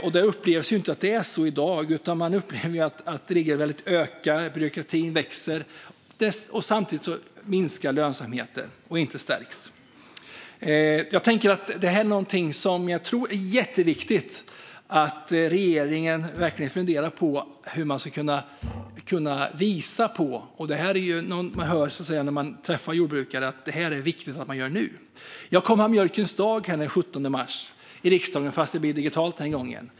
Så upplever man inte att det är i dag, utan man upplever att regelverken ökar och byråkratin växer samtidigt som lönsamheten minskar och inte stärks. Jag tror att det är jätteviktigt att regeringen funderar på hur man ska kunna visa på det här. Jag hör när jag träffar jordbrukare att det är viktigt att man gör det nu. Jag kommer att ha Mjölkens dag här i riksdagen den 17 mars, fast den blir digital den här gången.